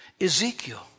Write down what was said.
Ezekiel